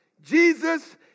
Jesus